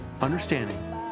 understanding